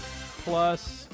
plus